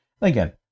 Again